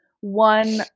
one